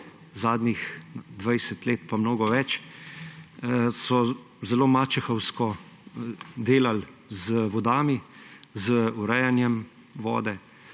zadnjih 20 let pa mnogo več, so zelo mačehovsko delali z vodami, z urejanjem vode,